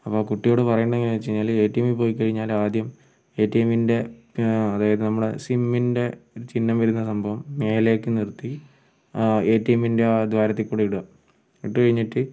അപ്പോൾ ആ കുട്ടിയോട് പറയേണ്ടത് എങ്ങനെയാണ് വച്ചു കഴിഞ്ഞാൽ എ ടി എമ്മിൽ പോയിക്കഴിഞ്ഞാൽ ആദ്യം എ ടി എമ്മിൻ്റെ അതായത് നമ്മളെ സിമ്മിൻ്റെ ചിഹ്നം വരുന്ന സംഭവം മേലേയ്ക്ക് നിർത്തി ആ എ ടി എമ്മിൻ്റെ ആ ധ്വാരത്തിൽക്കൂടി ഇടുക ഇട്ടു കഴിഞ്ഞിട്ട്